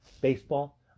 baseball